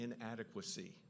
inadequacy